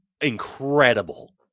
incredible